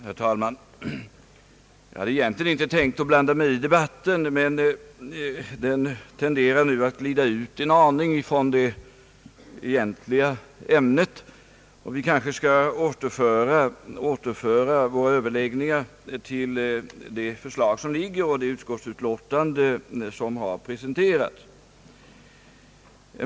Herr talman! Jag hade egentligen inte tänkt blanda mig i debatten, men den tenderar nu att glida ifrån det egentliga ämnet, och vi kanske skall återföra våra överläggningar till det förslag som föreligger och till det utskottsutlåtande som har presenterats.